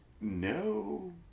No